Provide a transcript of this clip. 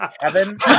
Kevin